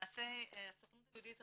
הסוכנות היהודית,